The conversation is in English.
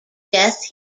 death